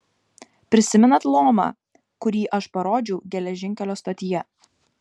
prisimenat lomą kurį aš parodžiau geležinkelio stotyje